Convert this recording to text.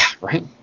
right